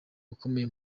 ukomeye